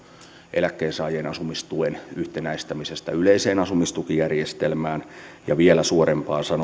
eläkkeensaajien asumistuen yhtenäistämisestä yleiseen asumistukijärjestelmään ja vielä suorempaan